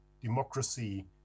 democracy